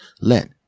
let